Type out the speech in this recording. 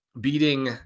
beating